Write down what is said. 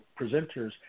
presenters